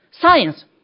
science